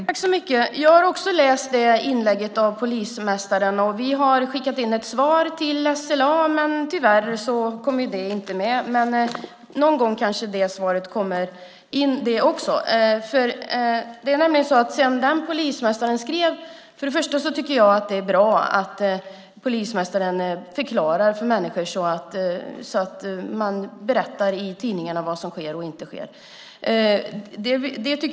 Herr talman! Jag har också läst det inlägget av polismästaren som justitieministern refererar till. Vi har skickat in ett svar till SLA, men tyvärr har det inte kommit in. Någon gång kanske det svaret tas in. Jag tycker att det är bra att polismästaren förklarar för människor och berättar i tidningarna vad som sker och inte sker.